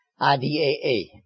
IDAA